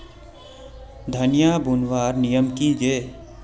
धनिया बूनवार नियम की गे?